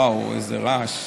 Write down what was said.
וואו, איזה רעש.